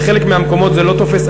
בחלק מהמקומות זה לא תופס.